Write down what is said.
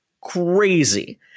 Crazy